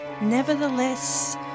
nevertheless